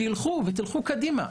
שילכו קדימה.